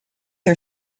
are